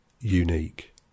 unique